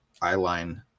eyeline